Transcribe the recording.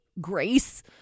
grace